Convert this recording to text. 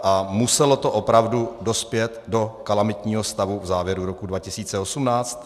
A muselo to opravdu dospět do kalamitního stavu v závěru roku 2018?